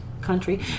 country